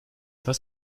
was